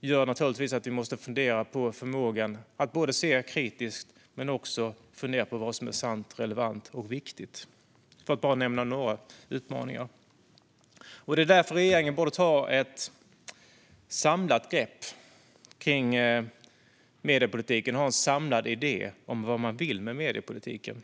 gör naturligtvis att vi måste fundera på förmågan att se kritiskt och fundera på vad som är sant, relevant och viktigt - för att bara nämna några utmaningar. Det är därför regeringen borde ta ett samlat grepp kring mediepolitiken och ha en samlad idé om vad man vill med mediepolitiken.